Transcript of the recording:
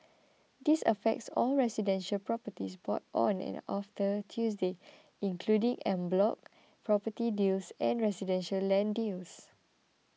this affects all residential properties bought on in or after Tuesday including en bloc property deals and residential land deals